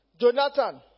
Jonathan